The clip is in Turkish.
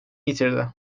yitirdi